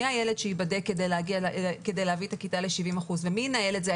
מי הילד שייבדק כדי להביא את הכיתה ל-70 אחוזים ומי ינהל את זה?